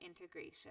integration